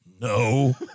No